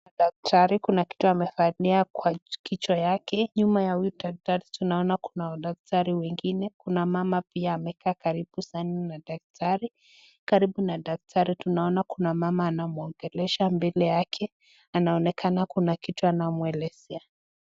Daktari, kuna kitu amevalia kwa kichwa yake. Nyuma ya huyu daktari tunaona kuna daktari wengine. Kuna mama pia amekaa karibu sana na daktari. Karibu na daktari tunaona kuna mama anamuongelesha mbele yake, anaonekana kuna kitu anamuelezea.